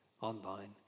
online